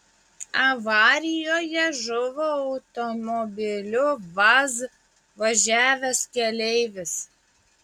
avarijoje žuvo automobiliu vaz važiavęs keleivis